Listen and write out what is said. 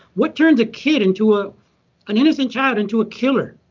what turns a kid into ah an innocent child into a killer.